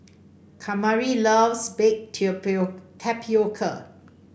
Kamari loves Baked Tapioca